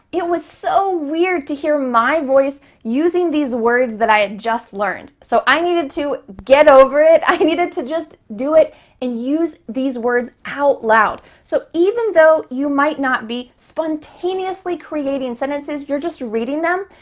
it was so weird to hear my voice using these words that i had just learned, so i needed to get over it. i needed to just do it and use these words out loud. so even though you might not be spontaneously creating sentences, you're just reading them,